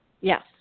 Yes